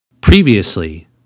Previously